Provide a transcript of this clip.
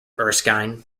erskine